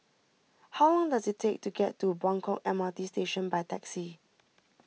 how long does it take to get to Buangkok M R T Station by taxi